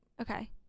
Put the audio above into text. Okay